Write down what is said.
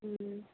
ம்